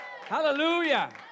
Hallelujah